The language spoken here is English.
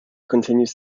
continues